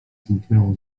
zniknęło